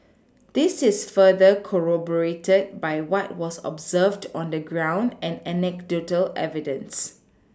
this is further corroborated by what was observed on the ground and anecdotal evidence